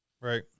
Right